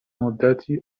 مدتی